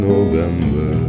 November